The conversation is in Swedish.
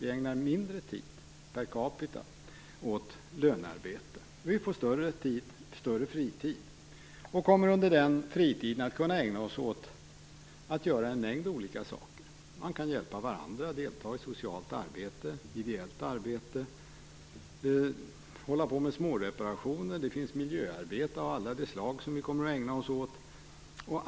Vi ägnar mindre tid per capita åt lönearbete och får mer fritid. Vi kommer under den fritiden att kunna ägna oss åt en mängd olika saker. Man kan hjälpa varandra, delta i socialt arbete, ideellt arbete och göra småreparationer. Vi kommer att ägna oss åt miljöarbete av alla de slag.